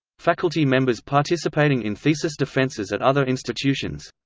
faculty members participating in thesis defenses at other institutions